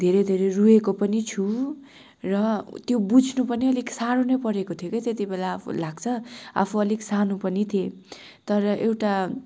धेरै धेरै रोएको पनि छु र त्यो बुझ्नु पनि अलिक साह्रो नै परेको थियो के त्यति बेला अब लाग्छ आफू अलिक सानो पनि थिएँ तर एउटा